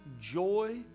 joy